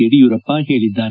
ಯಡಿಯೂರಪ್ಪ ಹೇಳಿದ್ದಾರೆ